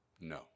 No